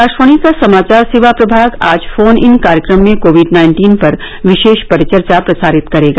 आकाशवाणी का समाचार सेवा प्रभाग आज फोन इन कार्यक्रम में कोविड नाइन्टीन पर विशेष परिचर्चा प्रसारित करेगा